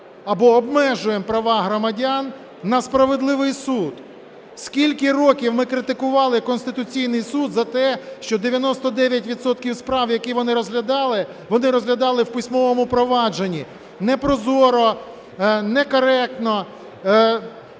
або обмежуємо права громадян на справедливий суд. Скільки років ми критикували Конституційний Суд за те, що 99 відсотків справ, які вони розглядали, вони розглядали в письмовому провадженні, непрозоро, некоректно,